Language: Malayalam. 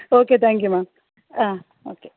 ഓക്കെ താങ്ക് യൂ മാം ആ ഓക്കെ